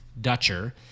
Dutcher